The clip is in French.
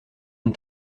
une